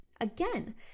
again